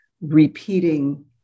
repeating